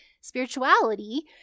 spirituality